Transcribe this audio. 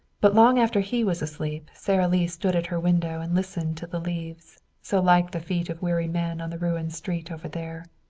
but long after he was asleep sara lee stood at her window and listened to the leaves, so like the feet of weary men on the ruined street over there.